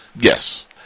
Yes